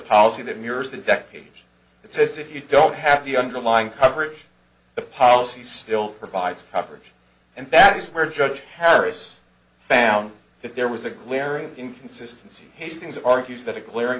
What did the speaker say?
policy that mirrors the decade that says if you don't have the underlying coverage the policy still provides coverage and that is where judge paris found that there was a clear inconsistency hastings argues that a glaring